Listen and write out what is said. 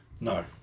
No